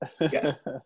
yes